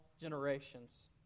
generations